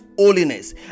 holiness